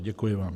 Děkuji vám.